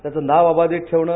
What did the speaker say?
त्यांचं नाव अबादित ठेवणे